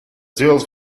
deals